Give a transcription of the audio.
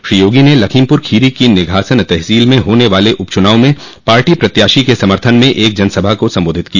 श्री योगी ने लखीमपुर खीरी की निघासन तहसील में होने वाले उपचुनाव में पार्टी प्रत्याशी के समर्थन में एक जनसभा को संबोधित किया